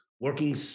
working